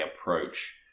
approach